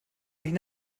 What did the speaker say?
nicht